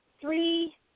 three